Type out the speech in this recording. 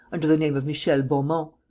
under the name of michel beaumont.